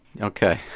Okay